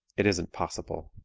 it isn't possible.